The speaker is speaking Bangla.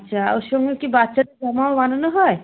আচ্চা ওর সঙ্গে কি বাচ্চাদের জামাও বানানো হয়